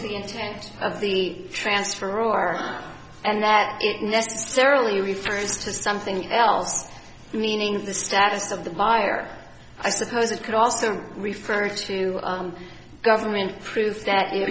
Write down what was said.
to the intent of the transfer or and that it necessarily refers to something else meaning the status of the buyer i suppose it could also refer to government proof that